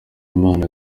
imana